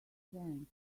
strengths